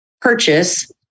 purchase